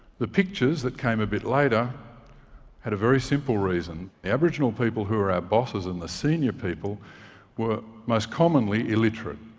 the pictures that came a bit later had a very simple reason. the aboriginal people who were our bosses and the senior people were most commonly illiterate,